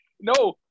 No